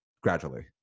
gradually